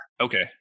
Okay